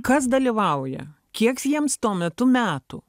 kas dalyvauja kiek jiems tuo metu metų